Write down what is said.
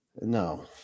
no